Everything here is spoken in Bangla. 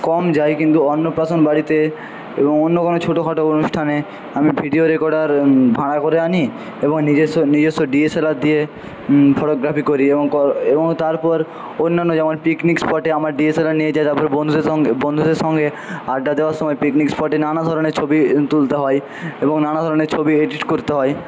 কম যাই কিন্তু অন্নপ্রাশন বাড়িতে এবং অন্য কোনো ছোটোখাটো অনুষ্ঠানে আমি ভিডিও রেকর্ডার ভাড়া করে আনি এবং নিজস্ব নিজস্ব ডি এস এল আর দিয়ে ফটোগ্রাফি করি এবং এবং তারপর অন্যান্য যেমন পিকনিক স্পটে আমার ডি এস এল আর নিয়ে যাই তারপর বন্ধুদের সঙ্গে বন্ধুদের সঙ্গে আড্ডা দেওয়ার সময় পিকনিক স্পটে নানা ধরণের ছবি তুলতে হয় এবং নানা ধরণের ছবি এডিট করতে হয়